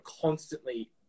constantly